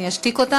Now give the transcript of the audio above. אני אשתיק אותם.